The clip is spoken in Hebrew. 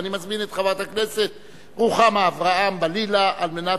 ואני מזמין את חברת הכנסת רוחמה אברהם-בלילא על מנת